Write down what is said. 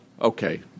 okay